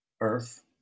earth